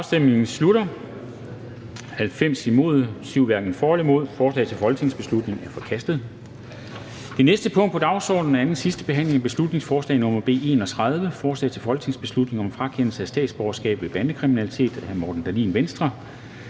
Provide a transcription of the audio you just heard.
for eller imod stemte 7 (EL). Forslaget til folketingsbeslutning er forkastet. --- Det næste punkt på dagsordenen er: 32) 2. (sidste) behandling af beslutningsforslag nr. B 31: Forslag til folketingsbeslutning om frakendelse af statsborgerskab ved bandekriminalitet. Af Morten Dahlin (V) m.fl.